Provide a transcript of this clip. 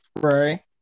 Right